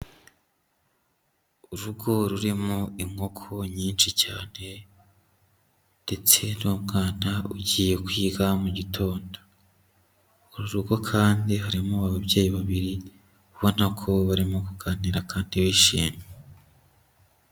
Urugo rurimo inkoko nyinshi cyane, ndetse n'umwana ugiye kwiga mu gitondo, uru rugo kandi harimo ababyeyi babiri ubona ko barimo kuganira kandi bishimye.